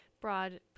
broad